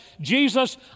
Jesus